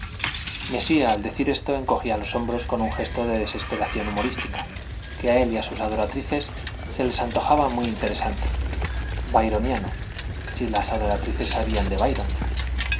puede mesía al decir esto encogía los hombros con un gesto de desesperación humorística que a él y a sus adoratrices se les antojaba muy interesante byroniano si las